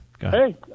Hey